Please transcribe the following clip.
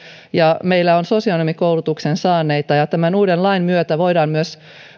ja meillä on sosionomikoulutuksen saaneita tämän uuden lain myötä voidaan myös